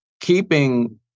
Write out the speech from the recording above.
keeping